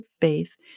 faith